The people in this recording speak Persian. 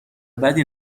بدی